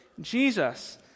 Jesus